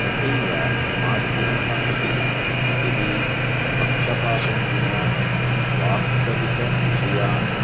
तथैव माध्यमः अपि यदि पक्षपातं विना वास्तविकविषयान्